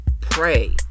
Pray